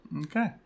Okay